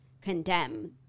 condemn